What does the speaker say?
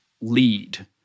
lead